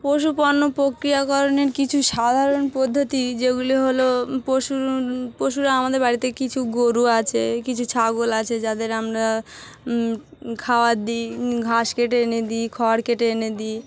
পশু পণ্য প্রক্রিয়াকরণের কিছু সাধারণ পদ্ধতি যেগুলি হলো পশুর পশুরা আমাদের বাড়িতে কিছু গরু আছে কিছু ছাগল আছে যাদের আমরা খাবার দিই ঘাস কেটে এনে দিই খড় কেটে এনে দিই